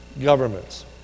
governments